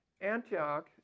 Antioch